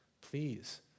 Please